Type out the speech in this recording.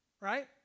right